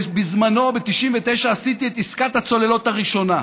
בזמנו, ב1999, עשיתי את עסקת הצוללות הראשונה.